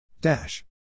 dash